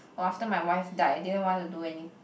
oh after my wife died I didn't want to do any